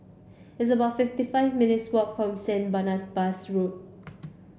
it's about fifty five minutes walk from Saint Barnasbas Road